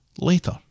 later